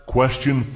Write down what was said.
Question